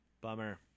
Bummer